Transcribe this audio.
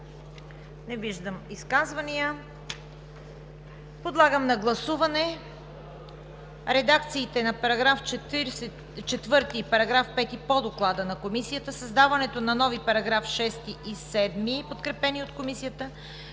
Не виждам желаещи. Подлагам на гласуване: редакциите на параграфи 4 и 5 по Доклада на Комисията; създаването на нови параграфи 6 и 7, подкрепени от Комисията;